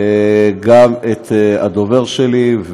וגם לדובר שלי,